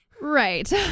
Right